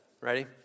Ready